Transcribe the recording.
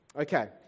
Okay